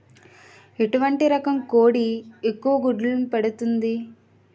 ఎటువంటి రకం కోడి ఎక్కువ గుడ్లు పెడుతోంది?